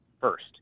first